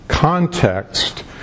Context